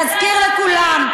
על ילדים, להזכיר לכולם: